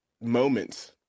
moments